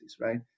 right